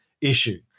issue